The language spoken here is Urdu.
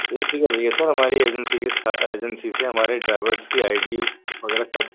بے فکر رہیے سر ہماری ایجنسی کے ایجنسی سے ہمارے ڈرائیورس کی آئی ڈی وغیرہ سب